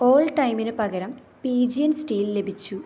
all ടൈമിന് പകരം pigeon steel ലഭിച്ചു